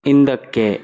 ಹಿಂದಕ್ಕೆ